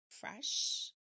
fresh